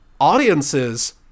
Audiences